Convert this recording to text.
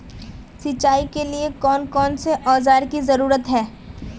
सिंचाई के लिए कौन कौन से औजार की जरूरत है?